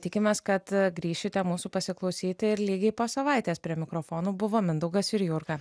tikimės kad grįšite mūsų pasiklausyti ir lygiai po savaitės prie mikrofonų buvo mindaugas ir jurga